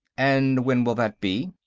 and when will that be?